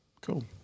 Cool